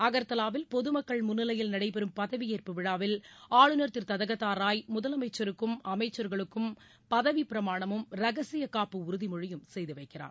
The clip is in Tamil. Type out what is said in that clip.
அகர்த்தலாவில் பொதுமக்கள் முன்னிலையில் நடைபெறும் பதவி ஏற்பு விழாவில் ஆளுநர் திரு தத்தகத்தா ராய் முதலமைச்சருக்கும் அமைச்சர்களுக்கும் பதவி பிரமாணமும் ரகசிய காப்பு உறுதிமொழியும் செய்து வைக்கிறார்